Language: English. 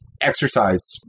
exercise